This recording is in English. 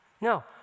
No